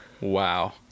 Wow